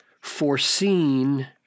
foreseen